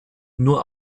nur